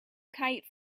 kite